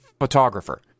photographer